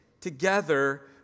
together